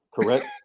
correct